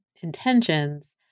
intentions